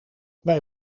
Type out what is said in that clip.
wij